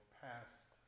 past